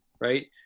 right